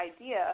idea